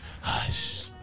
hush